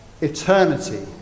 eternity